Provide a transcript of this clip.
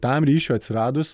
tam ryšiui atsiradus